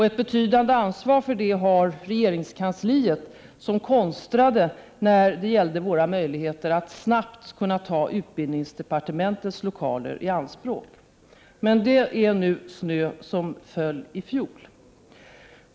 Ett betydande ansvar för det har regeringskansliet, som konstrade när det gällde våra möjligheter att snabbt kunna ta utbildningsdepartementets lokaler i anspråk. Men det är den snö som föll i fjol.